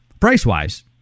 price-wise